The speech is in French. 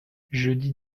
jeudi